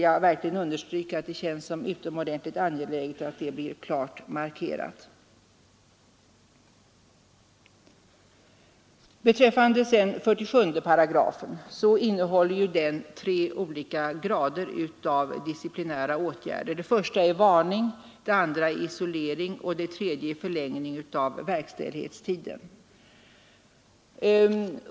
Jag vill understryka att det känns såsom utomordentligt angeläget att detta blir klart markerat. 47 § innehåller ju tre olika grader av disciplinära bestraffningsåtgärder. Den första är varning, den andra är isolering och den tredje är förlängning av verkställighetstiden.